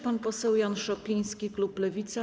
Pan poseł Jan Szopiński, klub Lewica.